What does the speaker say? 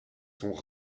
sont